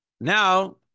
Now